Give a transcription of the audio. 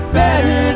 better